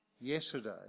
yesterday